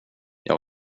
jag